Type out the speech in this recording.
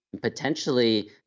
Potentially